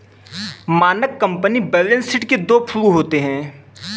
मानक company balance sheet के दो फ्लू होते हैं